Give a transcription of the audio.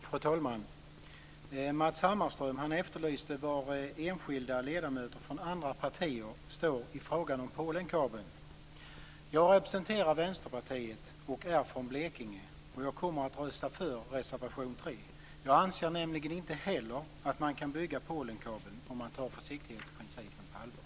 Fru talman! Matz Hammarström efterlyste var enskilda ledamöter från andra partier står i frågan om Polenkabeln. Jag representerar Vänsterpartiet och är från Blekinge, och jag kommer att rösta för reservation 3. Jag anser nämligen inte heller att man kan bygga Polenkabeln om man tar försiktighetsprincipen på allvar.